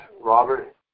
Robert